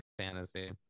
Fantasy